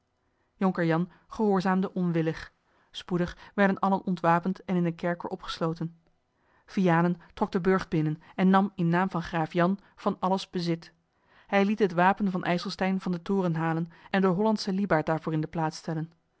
jonker jan gehoorzaamde onwillig spoedig werden allen ontwapend en in een kerker opgesloten vianen trok den burcht binnen en nam in naam van graaf jan van alles bezit hij liet het wapen van ijselstein van den toren halen en den hollandschen liebaard daarvoor in de plaats stellen